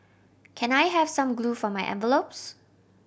can I have some glue for my envelopes